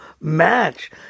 match